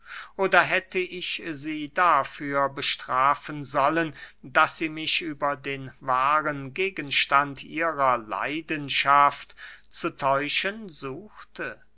oder hätte ich sie dafür bestrafen sollen daß sie mich über den wahren gegenstand ihrer leidenschaft zu täuschen suchte